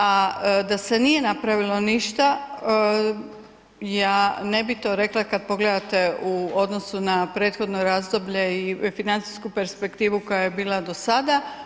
A da se nije napravilo ništa ja ne bih to rekla kada pogledate u odnosu na prethodno razdoblje i financijsku perspektivu koja je bila do sada.